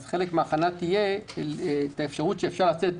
חלק מן ההכנה תהיה הבדיקה שאפשר לצאת,